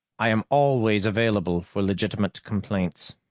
i am always available for legitimate complaints.